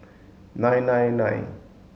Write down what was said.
nine nine nine